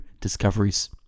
discoveries